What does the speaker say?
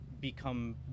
become